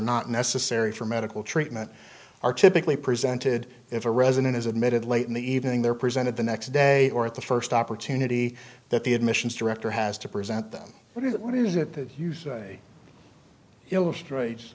not necessary for medical treatment are typically presented if a resident is admitted late in the evening they're presented the next day or at the first opportunity that the admissions director has to present them what is that what is it that you say illustrates